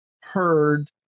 heard